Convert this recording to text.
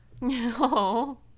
No